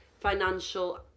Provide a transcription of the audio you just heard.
financial